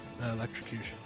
electrocution